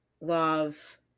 love